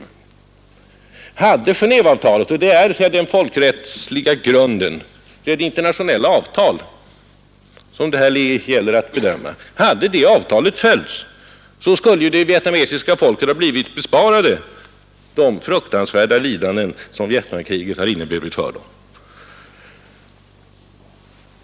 Hade Genéveavtalet följts — och det är den folkrättsliga grunden, det internationella avtal som det här gäller att bedöma — skulle ju det vietnamesiska folket ha blivit besparat de lidanden som Vietnamkriget inneburit.